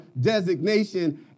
designation